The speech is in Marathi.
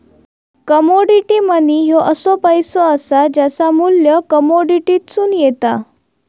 कमोडिटी मनी ह्यो असो पैसो असा ज्याचा मू्ल्य कमोडिटीतसून येता